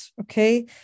okay